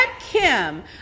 kim